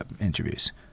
interviews